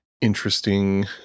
interesting